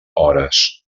hores